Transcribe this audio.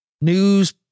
news